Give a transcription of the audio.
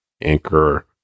Anchor